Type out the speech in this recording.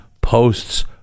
posts